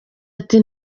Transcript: ati